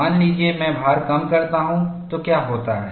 मान लीजिए मैं भार कम करता हूं तो क्या होता है